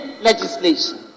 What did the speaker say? legislation